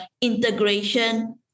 integration